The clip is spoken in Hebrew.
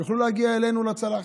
שהן יוכלו להגיע אלינו לצלחת.